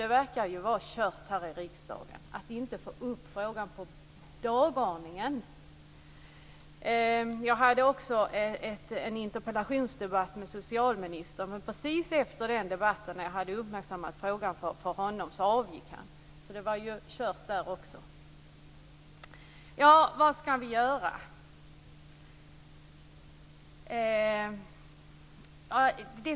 Det verkar vara kört i riksdagen att få upp frågan på dagordningen. Jag hade en interpellationsdebatt med socialministern. Precis när frågan hade uppmärksammats för socialministern avgick han. Det var ju kört där också. Vad skall vi göra?